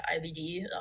IBD